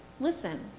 listen